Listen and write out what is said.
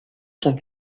son